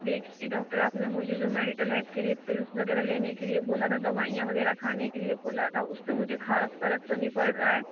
देखिए डॉक्टर आपने मुझे जो मेंटल हेल्थ के लिए पिल्स वगैरह लेना के लिए बोला था दवाइयाँ वगैरह खाने के लिए बोला था उससे मुझे ख़ास फ़र्क तो नहीं पड़ रहा है